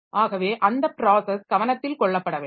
ஆகவே அந்த ப்ராஸஸ் கவனத்தில் கொள்ளப்பட வேண்டும்